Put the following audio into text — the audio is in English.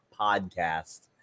podcast